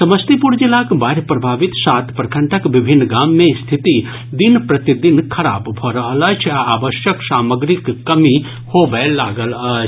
समस्तीपुर जिलाक बाढ़ि प्रभावित सात प्रखंडक विभिन्न गाम मे स्थिति दिन प्रतिदिन खराब भऽ रहल अछि आ आवश्यक सामग्रीक कमी होबय लागल अछि